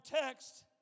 text